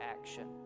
action